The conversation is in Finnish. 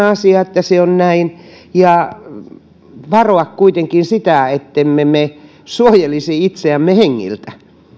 asia että se on näin ja varomaan kuitenkin sitä ettemme me suojelisi itseämme hengiltä